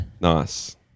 Nice